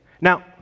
Now